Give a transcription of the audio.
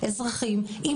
מחוץ לבית,